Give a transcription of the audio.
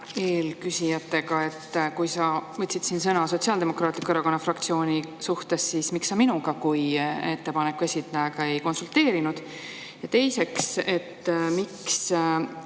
eelküsijatega [samal teemal]. Sa võtsid siin sõna Sotsiaaldemokraatliku Erakonna fraktsiooni suhtes, aga miks sa minuga kui ettepaneku esitajaga ei konsulteerinud? Ja teiseks: miks